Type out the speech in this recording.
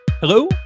Hello